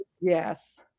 Yes